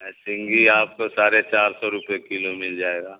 سنھگی آپ کو سارھے چار سو روپے کلو مل جائے گا